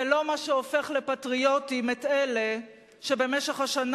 זה לא מה שהופך לפטריוטים את אלה שבמשך השנה